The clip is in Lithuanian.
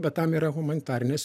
bet tam yra humanitarinės